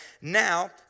now